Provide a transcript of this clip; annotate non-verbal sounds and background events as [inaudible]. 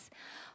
[breath]